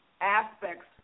aspects